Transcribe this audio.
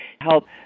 help